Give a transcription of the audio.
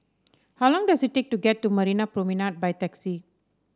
how long does it take to get to Marina Promenade by taxi